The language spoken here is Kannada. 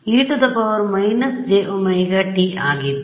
e−jωt ಆಗಿತ್ತು